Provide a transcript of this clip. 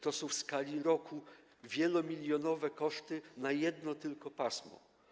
To są w skali roku wielomilionowe koszty na jedno tylko pasmo.